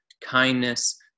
kindness